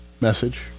message